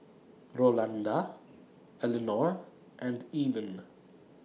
Rolanda Elinor and Eden